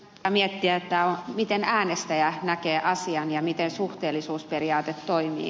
pitää miettiä miten äänestäjä näkee asian ja miten suhteellisuusperiaate toimii